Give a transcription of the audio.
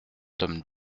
tome